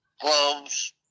gloves